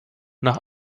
nach